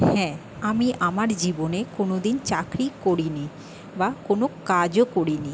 হ্যাঁ আমি আমার জীবনে কোনো দিন চাকরি করিনি বা কোনো কাজও করিনি